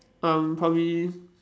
um probably